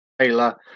Taylor